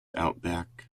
outback